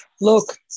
Look